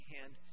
hand